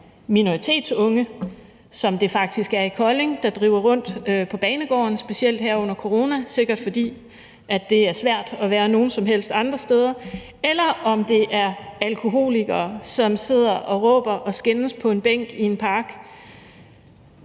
minoritetsunge, som det faktisk er i Kolding, der driver rundt på banegården – specielt her under corona, sikkert fordi det er svært at være nogen som helst andre steder – eller om det er alkoholikere, som sidder og råber og skændes på en bænk i en park,